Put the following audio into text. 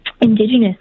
indigenous